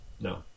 no